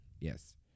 Yes